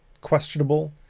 questionable